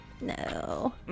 No